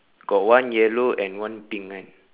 got one yellow and one pink kan